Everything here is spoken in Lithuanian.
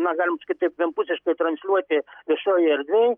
na galim sakyt taip vienpusiškai transliuoti viešojoj erdvėj